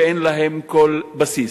שאין להן כל בסיס.